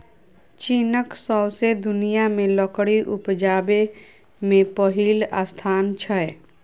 चीनक सौंसे दुनियाँ मे लकड़ी उपजाबै मे पहिल स्थान छै